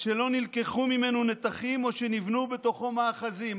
שלא נלקחו ממנו נתחים או שנבנו בתוכו מאחזים,